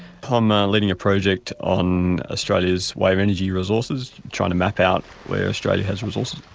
um ah leading a project on australia's wave energy resources trying to map out where australia has resources.